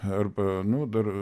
arba nu dar